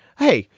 hey,